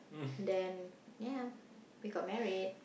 and then ya we got married